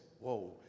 whoa